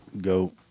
Go